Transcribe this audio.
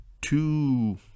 two